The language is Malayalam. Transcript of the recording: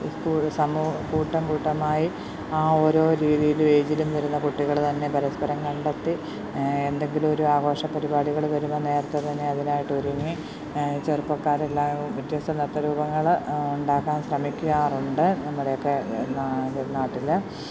കൂടുതൽ സമൂഹം കൂട്ടം കൂട്ടമായി ആ ഓരോ രീതിയിൽ വേദിയിലിരുന്ന കുട്ടികൾ തന്നെ പരസ്പരം കണ്ടെത്തി എന്തെങ്കിലും ഒരു ആഘോഷ പരിപാടികൾ വരുന്ന നേരത്തേ തന്നെ അതിനായിട്ട് ഒരുങ്ങി ചെറുപ്പക്കാർ എല്ലാവരും വ്യത്യസ്ത നൃത്ത രൂപങ്ങൾ ഉണ്ടാക്കാൻ ശ്രമിക്കാറുണ്ട് നമ്മുടെയൊക്കെ നാട് നാട്ടിൽ